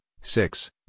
six